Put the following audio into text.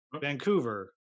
Vancouver